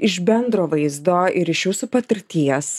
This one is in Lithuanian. iš bendro vaizdo ir iš jūsų patirties